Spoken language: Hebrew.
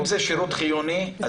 אם זה שירות חיוני,